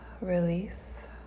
release